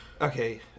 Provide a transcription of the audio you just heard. Okay